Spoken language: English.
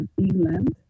England